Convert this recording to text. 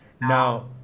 now